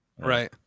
right